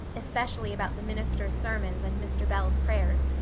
especially about the minister's sermons and mr. bell's prayers,